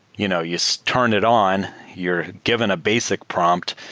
you know you so turn it on. you're given a basic prompt.